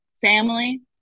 family